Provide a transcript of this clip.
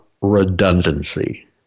redundancy